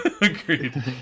Agreed